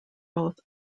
both